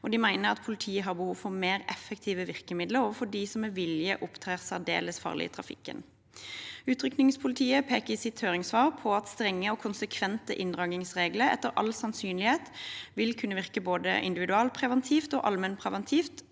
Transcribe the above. De mener at politiet har behov for mer effektive virkemidler overfor dem som med vilje opptrer særdeles farlig i trafikken. Utrykningspolitiet peker i sitt høringssvar på at strenge og konsekvente inndragningsregler etter all sannsynlighet vil kunne virke både individualpreventivt og allmennpreventivt